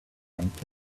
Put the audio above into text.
thanked